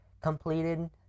completed